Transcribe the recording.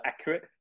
accurate